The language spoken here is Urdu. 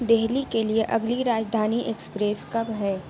دہلی کے لیے اگلی راجدھانی ایکسپریس کب ہے